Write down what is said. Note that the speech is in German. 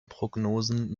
prognosen